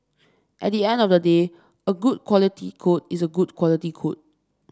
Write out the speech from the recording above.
at the end of the day a good quality code is a good quality code